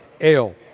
ale